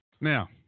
Now